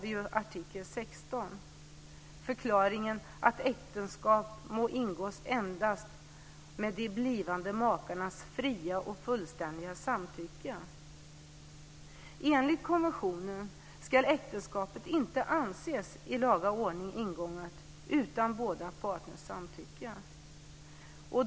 I artikel 16 i förklaringen uttalas att äktenskap må ingås endast med de blivande makarnas fria och fullständiga samtycke. Enligt konventionen ska äktenskapet inte anses i laga ordning ingånget utan båda partners samtycke.